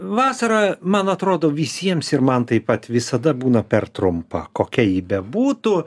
vasara man atrodo visiems ir man taip pat visada būna per trumpa kokia ji bebūtų